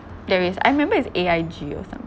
there is I remember is A_I_G or something